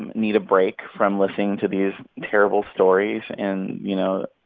and need a break from listening to these terrible stories and, you know,